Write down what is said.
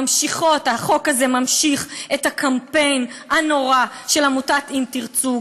החוק הזה ממשיך את הקמפיין הנורא של עמותת "אם תרצו",